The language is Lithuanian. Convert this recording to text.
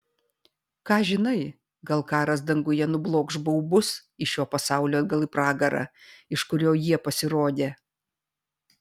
ką žinai gal karas danguje nublokš baubus iš šio pasaulio atgal į pragarą iš kurio jie pasirodė